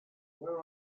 where